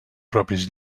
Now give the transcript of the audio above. propis